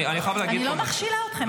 אני חייב להגיד --- אני לא מכשילה אתכם.